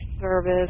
service